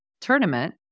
tournament